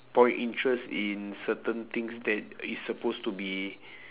point interest in certain things that it's suppose to be